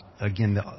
Again